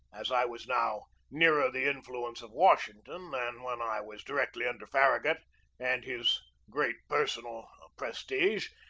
as i was now nearer the influence of washington than when i was directly under farragut and his great personal prestige,